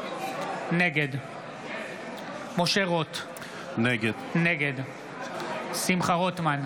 נגד משה רוט, נגד שמחה רוטמן,